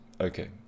okay